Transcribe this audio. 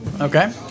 Okay